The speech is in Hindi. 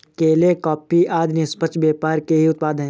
केले, कॉफी आदि निष्पक्ष व्यापार के ही उत्पाद हैं